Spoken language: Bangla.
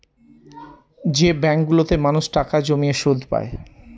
যে ব্যাঙ্কগুলোতে মানুষ টাকা জমিয়ে সুদ পায়